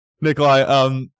Nikolai